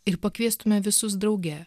ir pakviestume visus drauge